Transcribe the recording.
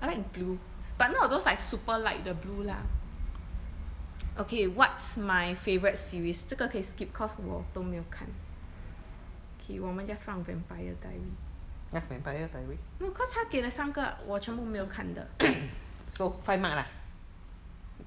I like blue but not those like super light the blue lah okay so what's my favourite series 这个可以 skip cause 我都没有看 okay 我们 just 放 vampire diary no cause 它给的三个我全部没有看的这个没有:ta